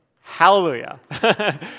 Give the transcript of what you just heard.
Hallelujah